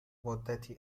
مدتی